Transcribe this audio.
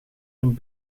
een